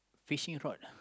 fishing rod ah